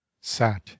sat